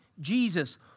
Jesus